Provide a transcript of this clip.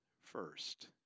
first